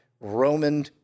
Roman